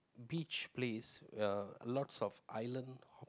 beach place ya lots of island ho~